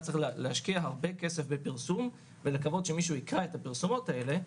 צריך להשקיע הרבה כסף בפרסום ולקוות שמישהו יקרא את הפרסומות האלה.